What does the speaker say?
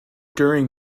during